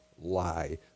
lie